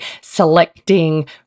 selecting